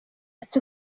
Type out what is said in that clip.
ati